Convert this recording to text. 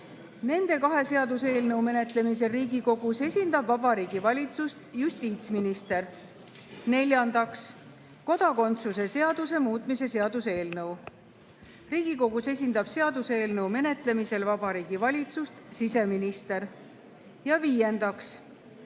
Nende kahe seaduseelnõu menetlemisel Riigikogus esindab Vabariigi Valitsust justiitsminister. Neljandaks, kodakondsuse seaduse muutmise seaduse eelnõu. Riigikogus esindab seaduseelnõu menetlemisel Vabariigi Valitsust siseminister. Ja viiendaks,